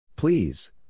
Please